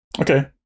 Okay